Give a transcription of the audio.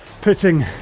putting